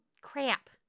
crap